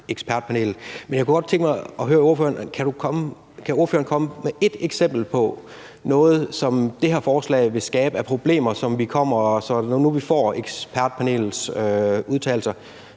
Men jeg kunne godt tænke mig at spørge ordføreren, om ordføreren kunne komme med et eksempel på noget, hvor det her forslag ville skabe problemer, og hvor vi, når vi får ekspertpanelets udtalelser,